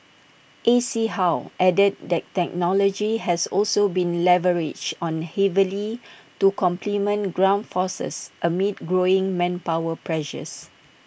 A C How added that technology has also been leveraged on heavily to complement ground forces amid growing manpower pressures